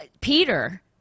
Peter